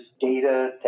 data